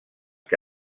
que